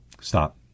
stop